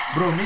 Bro